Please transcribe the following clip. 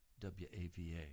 WAVA